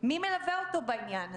יש לנו עם נהדר,